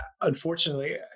Unfortunately